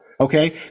Okay